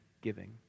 giving